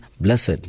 blessed